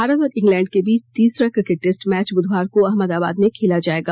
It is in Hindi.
भारत और इंग्लैंड के बीच तीसरा क्रिकेट टेस्ट मैच बुधवार को अहमदाबाद में खेला जाएगा